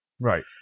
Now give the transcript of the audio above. Right